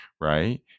right